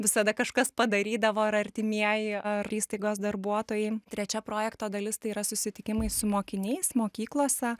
visada kažkas padarydavo ar artimieji ar įstaigos darbuotojai trečia projekto dalis tai yra susitikimai su mokiniais mokyklose